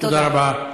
תודה רבה.